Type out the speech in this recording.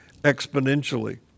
exponentially